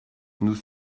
nous